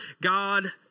God